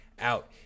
out